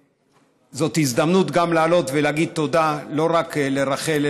זאת הזדמנות גם לעלות ולהגיד תודה לא רק לרח"ל,